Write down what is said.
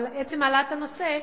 אבל עצם העלאת הנושא,